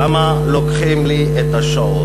למה לוקחים לי את השעות?